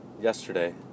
yesterday